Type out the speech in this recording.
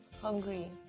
Hungry